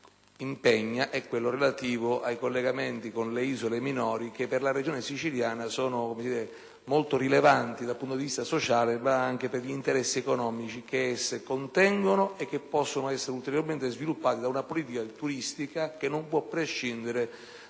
che mi impegna è quello dei collegamenti con le isole minori che, per la Regione Siciliana, sono molto rilevanti, non solo dal punto di vista sociale, ma anche per gli interessi economici che esse rappresentano e che possono essere ulteriormente sviluppati da una politica turistica che non può prescindere